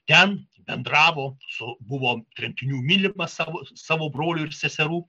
ten bendravo su buvo tremtinių mylimas savo savo brolių ir seserų